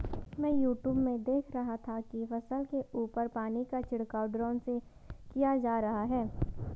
मैं यूट्यूब में देख रहा था कि फसल के ऊपर पानी का छिड़काव ड्रोन से किया जा रहा है